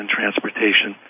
transportation